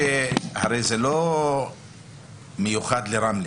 אבל --- הרי זה לא מיוחד לרמלה.